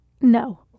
No